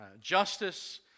justice